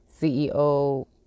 CEO